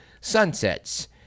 sunsets